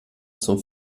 zum